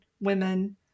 women